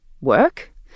work